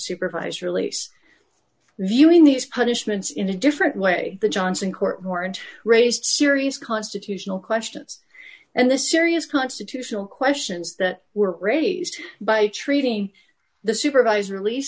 supervised release viewing these punishments in a different way the johnson court more and raised serious constitutional questions and the serious constitutional questions that were raised by treating the supervisor at leas